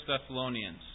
Thessalonians